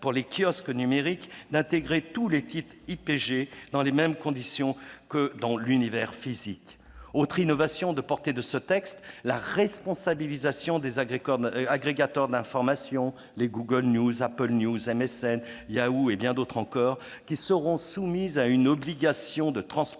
auront notamment l'obligation d'intégrer tous les titres IPG, dans les mêmes conditions que dans l'univers physique. Autre innovation portée par ce texte : la « responsabilisation » des agrégateurs d'information, Google News, Apple News, MSN, Yahoo ! et tant d'autres, qui seront soumis à une obligation de transparence,